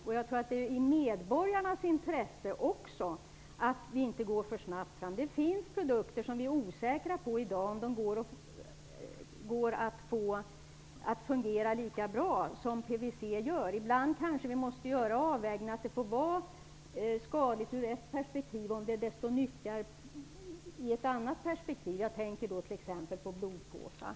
Det är också i medborgarnas intresse att vi inte går så snabbt fram. Det finns produkter i dag där vi är osäkra, vi vet inte om de fungerar lika bra som PVC. Ibland måste vi göra avvägningar och välja en produkt som är skadlig i ett perspektiv men som är nyttig i ett annat perspektiv. Jag tänker t.ex. på blodpåsar.